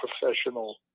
professional